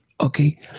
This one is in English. Okay